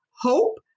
HOPE